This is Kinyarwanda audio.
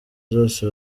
zose